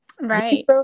Right